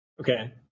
Okay